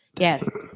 Yes